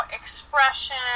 expression